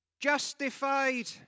justified